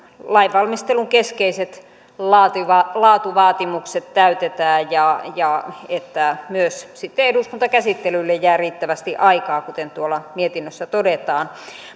lainvalmistelun keskeiset laatuvaatimukset täytetään ja ja että myös sitten eduskuntakäsittelylle jää riittävästi aikaa kuten tuolla mietinnössä todetaan